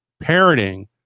parroting